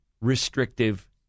restrictive